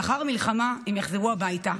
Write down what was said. לאחר המלחמה הם יחזרו הביתה,